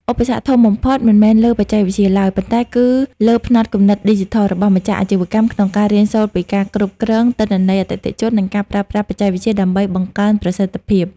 ឧបសគ្គធំបំផុតមិនមែនលើបច្ចេកវិទ្យាឡើយ ប៉ុន្តែគឺលើ ផ្នត់គំនិតឌីជីថល របស់ម្ចាស់អាជីវកម្មក្នុងការរៀនសូត្រពីការគ្រប់គ្រង ទិន្នន័យអតិថិជន និងការប្រើប្រាស់បច្ចេកវិទ្យាដើម្បីបង្កើនប្រសិទ្ធភាព។